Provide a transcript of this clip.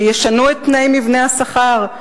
שישנו את תנאי מבנה השכר,